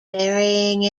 burying